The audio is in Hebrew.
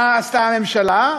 מה עשתה הממשלה?